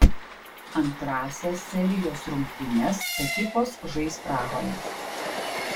antrąsias serijos rungtynes ekipos žais prahoje